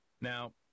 Now